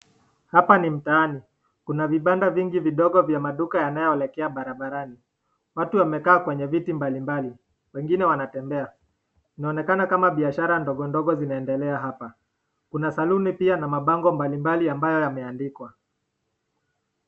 Hapa ni mtaani. Kuna vibanda vingi vidogo vya maduka yamayoelekea barabarani. Watu wamekaa kwenye viti mbalimbali. Wengine wanatembea. Inaonekana kama biashara ndogondogo zinaendelea hapa. Kuna saluni na pia mabango mbalimbali ambayo yameandikwa.